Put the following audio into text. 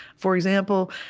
for example,